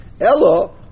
Elo